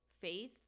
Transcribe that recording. faith